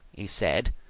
he said.